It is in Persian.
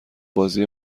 بازی